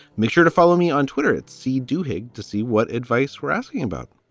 make sure to follow me on twitter. it's sea-doo hig to see what advice we're asking about.